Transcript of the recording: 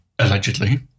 Allegedly